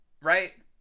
right